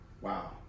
wow